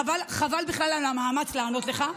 חבל בכלל על המאמץ לענות לך.